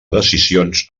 decisions